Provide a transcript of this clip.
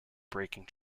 breaking